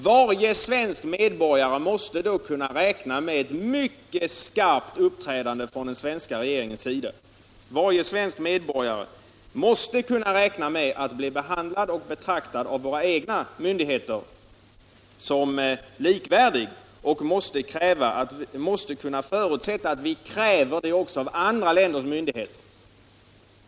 Varje svensk medborgare måste kunna räkna med ett mycket skarpt uppträdande från den svenska regeringens sida, kunna räkna med att bli behandlad och betraktad av våra egna myndigheter som likvärdig och kunna förutsätta att vi kräver det också av andra länders myndigheter.